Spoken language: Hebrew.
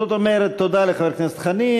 תודה לחבר הכנסת חנין.